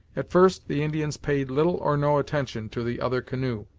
at first the indians paid little or no attention to the other canoe,